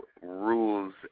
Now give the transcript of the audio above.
rules